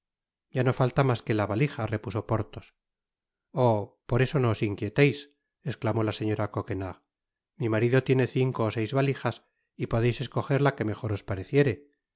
ya no falta mas que la balija repuso porthos oh por eso no os inquieteis esclamó la señora coquenard mi marido tiene cinco ó seis balijas y podeis escojer la que mejor os pareciere